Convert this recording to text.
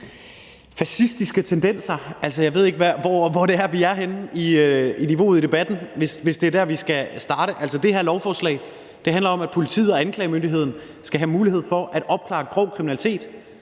Fascistiske tendenser – jeg ved ikke, hvor vi er henne i niveauet i debatten, hvis det er der, vi skal starte. Det her lovforslag handler om, at politiet og anklagemyndigheden skal have mulighed for at opklare grov kriminalitet,